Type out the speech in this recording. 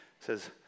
says